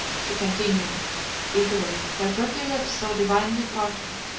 she continued eagerly, her pretty lips so divinely parted!